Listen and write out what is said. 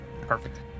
Perfect